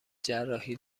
جراحی